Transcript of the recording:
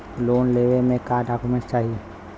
Loan लेवे मे का डॉक्यूमेंट चाही?